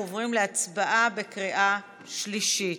אנחנו עוברים להצבעה בקריאה שלישית.